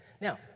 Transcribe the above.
Now